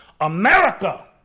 America